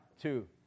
two